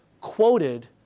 quoted